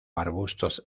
arbustos